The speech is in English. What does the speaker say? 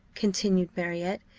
continued marriott,